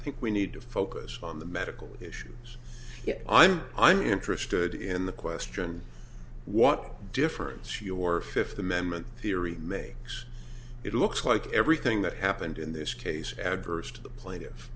think we need to focus on the medical issues i'm i'm interested in the question what difference your fifth amendment theory makes it looks like everything that happened in this case adverse to the plate